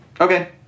Okay